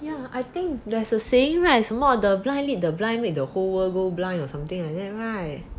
yeah I think there's a saying right 什么 the blind lead the blind make the whole world go blind or something like that right